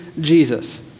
Jesus